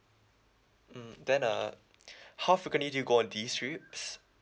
mm then uh how frequently do you go on these trips